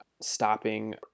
stopping